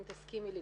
אם תסכימי לי,